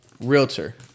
Realtor